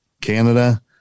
Canada